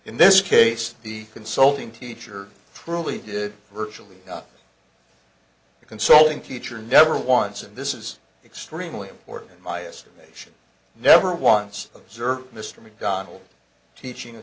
in this case the consulting teacher truly did virtually a consulting teacher never once and this is extremely important my estimation never once observed mr macdonald teaching a